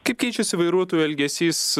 kaip keičiasi vairuotojų elgesys